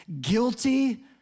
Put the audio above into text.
guilty